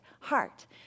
Heart